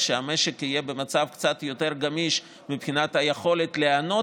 כשהמשק יהיה במצב קצת יותר גמיש מבחינת היכולת להיענות